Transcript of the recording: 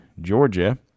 Georgia